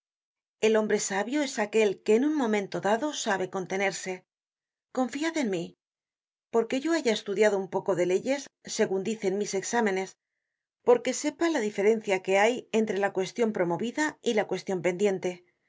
el hombre sabio es aquel que en un momento dado sabe contenerse confiad en mí porque yo haya estudiado un poco de leyes segun dicen mis exámenes porque sepa la diferencia que hay entre la cuestion promovida y la cuestion pendiente porque